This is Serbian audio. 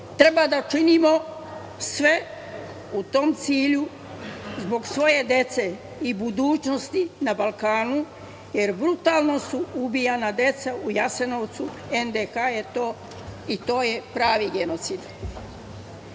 to. Treba da činimo sve u tom cilju zbog svoje dece i budućnosti na Balkanu, jer brutalno su ubijana deca u Jasenovcu, NDH je to, i to je pravi genocid.